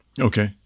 Okay